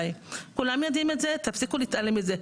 כולם יודעים את זה, תפסיקו להתעלם מזה.